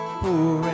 poor